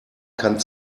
kann